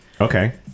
Okay